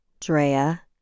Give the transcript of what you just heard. Drea